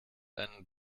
einen